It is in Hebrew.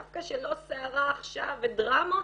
דווקא שלא סערה עכשיו ודרמות,